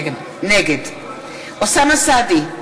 נגד אוסאמה סעדי,